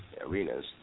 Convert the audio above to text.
arenas